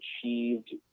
achieved